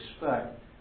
expect